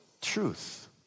truth